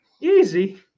easy